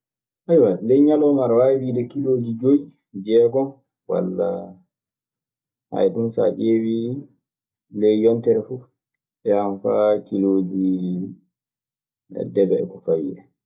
ley ñalawma aɗe waawi wiide kilooji joy, jeegon wallaa. ɗun so a ƴeewii ley yontere fuf, yahan faa kilooji debe e ko fawi en.